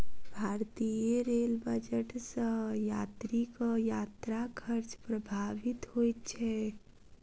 भारतीय rail budget सॅ यात्रीक यात्रा खर्च प्रभावित होइत छै